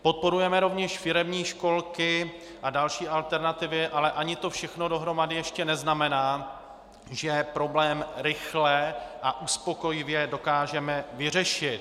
Podporujeme rovněž firemní školky a další alternativy, ale ani to všechno dohromady ještě neznamená, že problém rychle a uspokojivě dokážeme vyřešit.